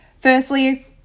Firstly